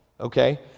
okay